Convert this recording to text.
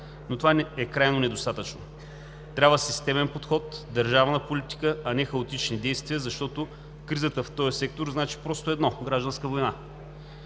Но това е крайно недостатъчно. Трябва системен подход, държавна политика, а не хаотични действия, защото кризата в този сектор значи просто едно – гражданска война.